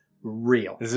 Real